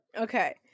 okay